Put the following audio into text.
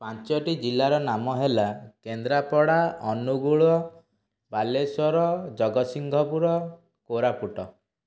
ପାଞ୍ଚଟି ଜିଲ୍ଲାର ନାମ ହେଲା କେନ୍ଦ୍ରାପଡ଼ା ଅନୁଗୁଳ ବାଲେଶ୍ୱର ଜଗତସିଂହପୁର କୋରାପୁଟ